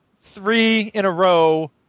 three-in-a-row